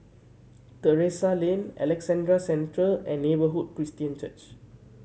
Terrasse Lane Alexandra Central and Neighbourhood Christian Church